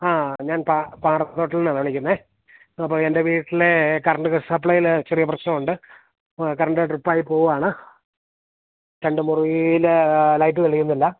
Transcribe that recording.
ആ ഞാൻ പാറത്തോട്ടത്തിൽ നി ന്നാണ് വിളിക്കുന്നത് അപ്പം എൻ്റെ വീട്ടിലെ കറണ്ട് സപ്ലയിൽ ചെറിയ പ്രശ്നമുണ്ട് അപ്പം കറണ്ട് ഡ്രിപ്പ് ആയി പോകുകയാണ് രണ്ട് മുറിയിൽ ലൈറ്റ് തെളിയുന്നില്ല